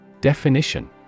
Definition